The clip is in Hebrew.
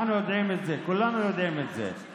אנחנו יודעים את זה, כולנו יודעים את זה.